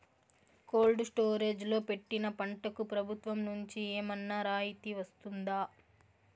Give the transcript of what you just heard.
Cold storage లో పెట్టిన పంటకు ప్రభుత్వం నుంచి ఏమన్నా రాయితీ వస్తుందా?